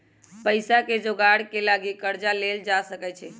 पइसाके जोगार के लागी कर्जा लेल जा सकइ छै